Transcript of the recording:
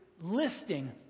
listing